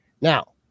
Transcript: Now